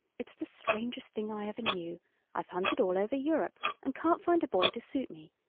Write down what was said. it's the strangest thing i ever knew i've hunted all over europe, and can't find a boy to suit me!